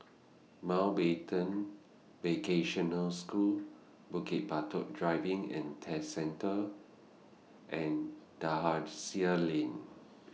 Mountbatten Vocational School Bukit Batok Driving and Test Centre and Dalhousie Lane